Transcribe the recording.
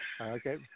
Okay